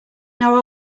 now